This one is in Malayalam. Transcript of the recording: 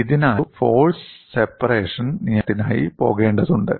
ഇതിനായി നിങ്ങൾ ഒരു ഫോഴ്സ് സെപ്പറേഷൻ നിയമത്തിനായി പോകേണ്ടതുണ്ട്